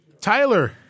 Tyler